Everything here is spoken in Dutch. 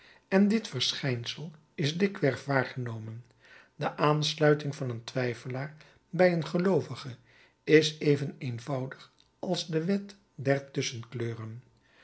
en dit verschijnsel is dikwerf waargenomen de aansluiting van een twijfelaar bij een geloovige is even eenvoudig als de wet der